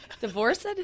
Divorced